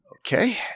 Okay